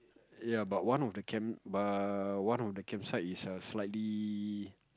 ya but one of the camp but one of the camp site is slightly